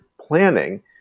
planning